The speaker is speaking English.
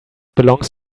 belongs